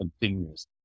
continuous